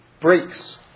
breaks